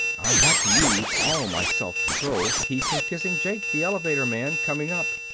i had to use all my self-control to keep from kissing jake, the elevator-man, coming up.